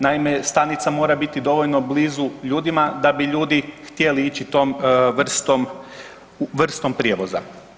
Naime, stanica mora biti dovoljno blizu ljudima da bi ljudi htjeli ići tom vrstom, vrstom prijevoza.